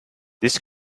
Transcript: this